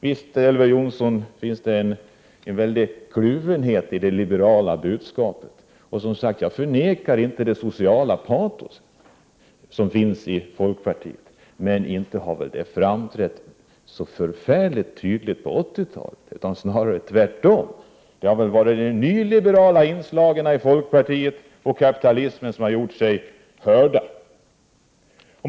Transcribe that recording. Visst finns det en väldig kluvenhet i det liberala budskapet, Elver Jonsson. Jag förnekar inte det sociala patoset i folkpartiet, men det har inte framträtt så förfärligt tydligt under 1980-talet. Tvärtom har det varit de nyliberala inslagen i folkpartiet och kapitalismen som har gjort sig hörda.